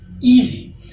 easy